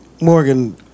Morgan